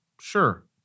Sure